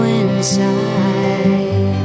inside